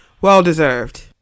Well-deserved